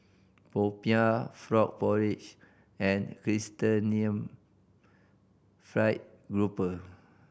popiah frog porridge and fried grouper